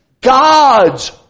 God's